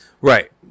Right